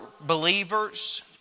believers